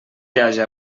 haja